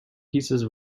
pieces